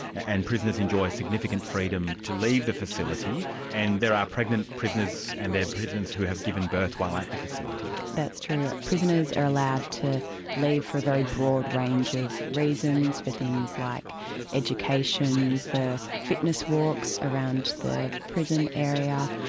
and prisoners enjoy significant freedom to leave the facility and there are pregnant prisoners and there are prisoners who have given birth while at the facility. that's true. prisoners are allowed to leave for a very broad range of reasons for things like education, for fitness walks around the prison area,